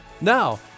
Now